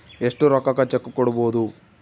ಎಷ್ಟು ರೊಕ್ಕಕ ಚೆಕ್ಕು ಕೊಡುಬೊದು